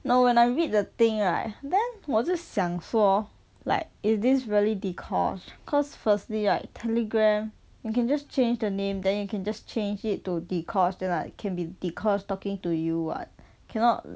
no when I read the thing right then 我就想说 like is this really dee-kosh cause firstly right telegram you can just change the name then you can just change it to dee-kosh then like can be dee-kosh talking to you [what] cannot